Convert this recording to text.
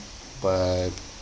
but